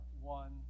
one